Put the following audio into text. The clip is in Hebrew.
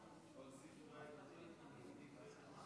היה איש אחד, איש אחד שידע